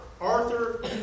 Arthur